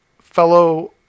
fellow